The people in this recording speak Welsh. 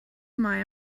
mae